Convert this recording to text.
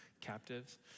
captives